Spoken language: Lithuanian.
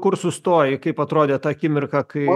kur sustojai kaip atrodė ta akimirka kai